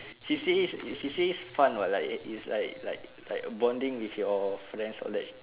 she say is she say is fun [what] like is is like like like a bonding with your friend